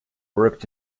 worked